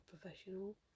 professional